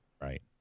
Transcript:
right